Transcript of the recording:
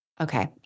Okay